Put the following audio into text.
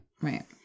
Right